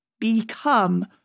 become